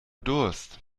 durst